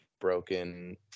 broken